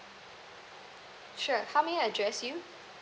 sure how may I address you